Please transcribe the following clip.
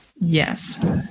Yes